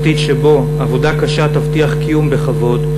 עתיד שבו עבודה קשה תבטיח קיום בכבוד,